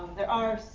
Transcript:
there are,